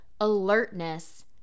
alertness